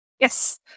Yes